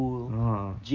ah